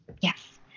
Yes